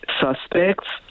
suspects